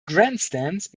grandstands